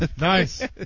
Nice